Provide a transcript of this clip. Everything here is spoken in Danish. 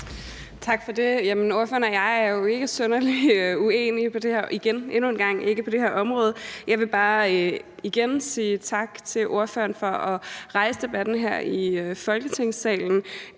endnu en gang ikke synderlig uenige på det her område. Jeg vil bare igen sige tak til ordføreren for at rejse debatten her i Folketingssalen